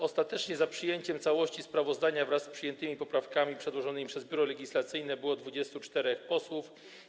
Ostatecznie za przyjęciem całości sprawozdania wraz z poprawkami przedłożonymi przez Biuro Legislacyjne było 24 posłów.